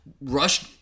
rush